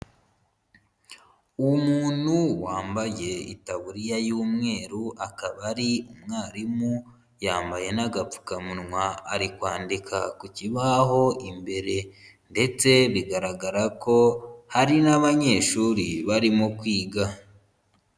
Umuntu wambaye itaburiya y'umweru akaba ari umwarimu, yambaye n'agapfukamunwa ari kwandika ku kibaho imbere ndetse bigaragara ko hari n'abanyeshuri barimo kwiga.